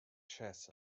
chess